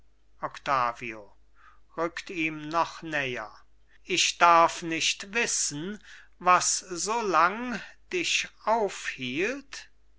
octavio rückt ihm noch näher ich darf nicht wissen was so lang dich aufhielt